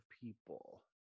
people